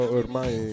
ormai